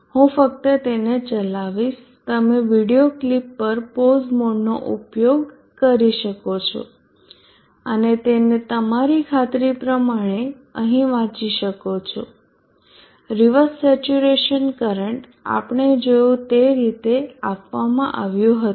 હું ફક્ત તેને ચલાવીશ તમે વિડિઓ ક્લિપ પર પોઝ મોડનો ઉપયોગ કરી શકો છો અને તેને તમારી ખાતરી પ્રમાણે અહીં વાંચી શકો છો રિવર્સ સેચ્યુરેશન કરંટ આપણે જોયું તે રીતે આપવામાં આવ્યું હતું